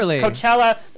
Coachella